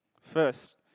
First